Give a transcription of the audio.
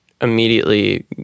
immediately